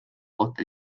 kohta